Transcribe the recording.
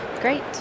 Great